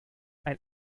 ein